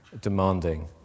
demanding